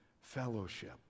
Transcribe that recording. fellowship